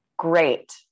great